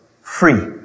free